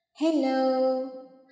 Hello